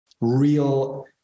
real